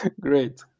Great